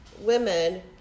women